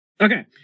Okay